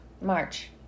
March